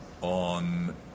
on